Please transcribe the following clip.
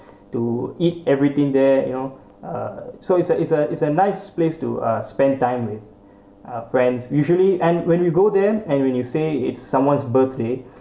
to eat everything there you know uh so it's a it's a it's a nice place to uh spend time with uh friends usually and when we go there and when you say it's someone's birthday